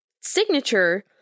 signature